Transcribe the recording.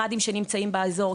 מלר"ד שנמצאים באזור.